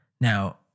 Now